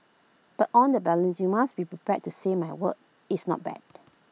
but on the balance you must be prepared to say my work is not bad